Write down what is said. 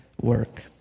work